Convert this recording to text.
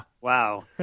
Wow